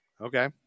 Okay